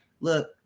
Look